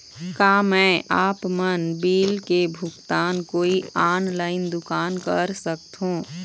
का मैं आपमन बिल के भुगतान कोई ऑनलाइन दुकान कर सकथों?